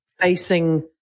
facing